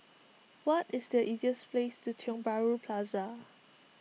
what is the easiest ways to Tiong Bahru Plaza